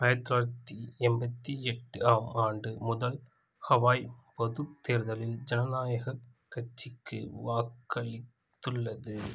ஆயிரத் தொள்ளாயிரத்தி எண்பத்தி எட்டு ஆம் ஆண்டு முதல் ஹவாய் பொதுத் தேர்தலில் ஜனநாயகக் கட்சிக்கு வாக்களித்துள்ளது